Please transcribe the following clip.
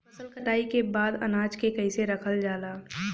फसल कटाई के बाद अनाज के कईसे रखल जाला?